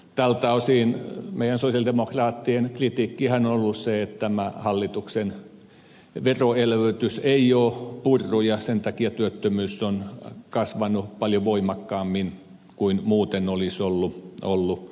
tältä osin meidän sosialidemokraattien kritiikkihän on ollut se että hallituksen veroelvytys ei ole purrut ja sen takia työttömyys on kasvanut paljon voimakkaammin kuin muuten olisi ollut laita